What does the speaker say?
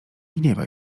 gniewaj